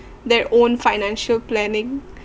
their own financial planning